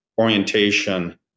orientation